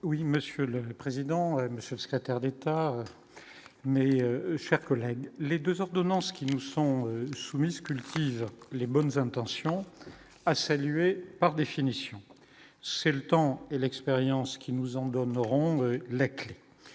Oui, monsieur le président, Monsieur le secrétaire d'État mais, chers collègues, les 2 ordonnances qui nous sont soumises cultive les bonnes intentions, a salué par définition, c'est le temps et l'expérience qui nous en donnerons il